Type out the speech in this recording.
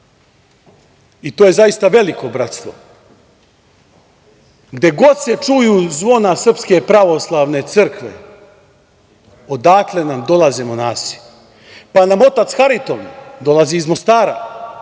i to je zaista veliko bratstvo. Gde god se čuju zvona Srpske pravoslavne crkve odatle nam dolaze monasi, pa nam otac Hariton dolazi iz Mostara,